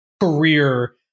career